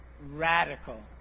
radical